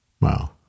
Wow